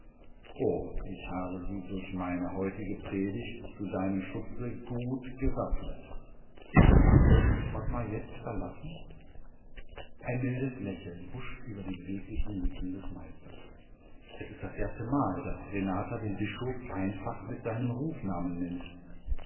o ich habe sie durch meine heutige predigt zu deinem schutze gut gewappnet so sollte ich ottmar jetzt verlassen ein mildes lächeln huscht über die beweglichen lippen des meisters es ist das erste mal daß renata den bischof einfach mit seinem rufnamen nennt